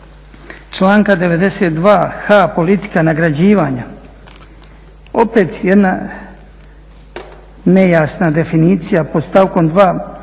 članka 92.h politika nagrađivanja, opet jedna nejasna definicija pod stavkom